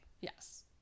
yes